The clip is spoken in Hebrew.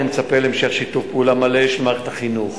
אני מצפה להמשך שיתוף פעולה מלא של מערכת החינוך